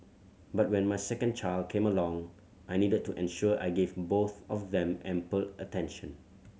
but when my second child came along I needed to ensure I gave both of them ample attention